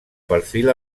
perfil